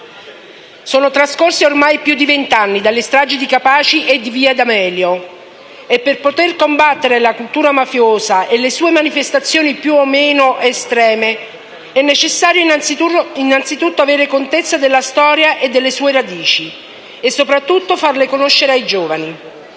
Sono trascorsi, ormai, più di venti anni dalle stragi di Capaci e di via D'Amelio e, per poter combattere la cultura mafiosa e le sue manifestazioni più o meno estreme, è necessario innanzitutto avere contezza della storia e delle sue radici, e soprattutto farle conoscere ai giovani.